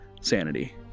sanity